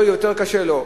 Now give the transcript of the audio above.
יותר ויותר קשה לו.